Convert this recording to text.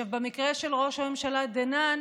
עכשיו, במקרה של ראש הממשלה דנן,